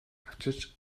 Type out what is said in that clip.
авчирч